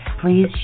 please